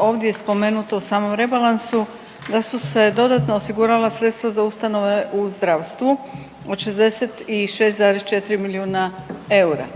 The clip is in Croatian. ovdje spomenuto u samom rebalansu da su se dodatno osigurala sredstva za ustanove u zdravstvu od 66,4 milijuna eura.